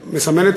שמסמנת,